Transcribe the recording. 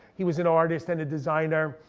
he was an artist and a designer.